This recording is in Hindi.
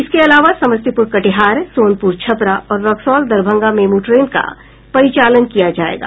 इसके अलावा समस्तीपुर कटिहार सोनपुर छपरा और रक्सौल दरभंगा मेमू ट्रेन का परिचालन किया जायेगा